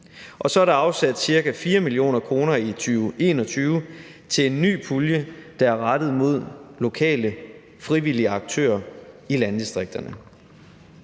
Og så er der afsat ca. 4 mio. kr. i 2021 til en ny pulje, der er rettet mod lokale frivillige aktører i landdistrikterne.